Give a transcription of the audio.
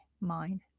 mind